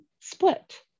split